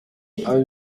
ibi